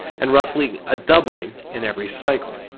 and roughly a doubling in every cycle.